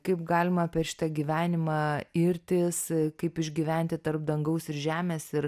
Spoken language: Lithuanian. kaip galima per šitą gyvenimą irtis kaip išgyventi tarp dangaus ir žemės ir